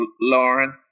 Lauren